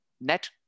net